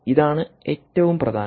ഇതാണ് ഏറ്റവും പ്രധാനം